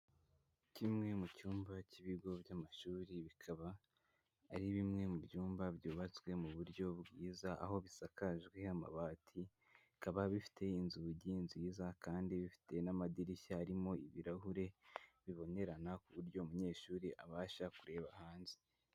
Kimwe mu cyumba cy'ibigo by'amashuri, bikaba ari bimwe mu byumba byubatswe mu buryo bwiza, aho bisakajwe amabati, bikaba bifite inzugi nziza kandi bifite n'amadirishya arimo ibirahure bibonerana ku buryo umunyeshuri abasha kureba hanze.